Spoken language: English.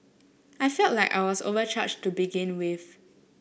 I felt like I was overcharged to begin with